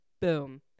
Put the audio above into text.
Boom